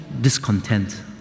discontent